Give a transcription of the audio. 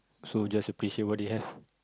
so just appreciate what do you have